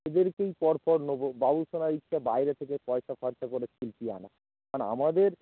এদেরকেই পর পর নোবো বাবুসোনার ইচ্ছা বাইরে থেকে পয়সা খরচা করে শিল্পী আনা আর আমাদের